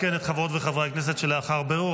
אעדכן את חברות וחברי הכנסת שלאחר הבירור,